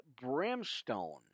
brimstone